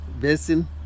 Basin